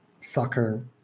soccer